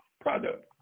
product